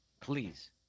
please